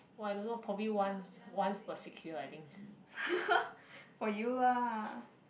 for you lah